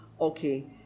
okay